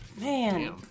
Man